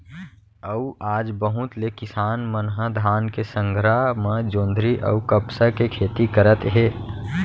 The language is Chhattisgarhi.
अउ आज बहुत ले किसान मन ह धान के संघरा म जोंधरी अउ कपसा के खेती करत हे